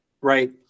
right